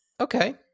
okay